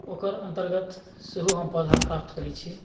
ओकर अन्तर्गत सेहो हम पौधा प्राप्त करै छिए